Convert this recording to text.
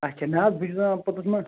اچھا نَہ حظ بہٕ چھُس دَپان پوٚتُس مَہ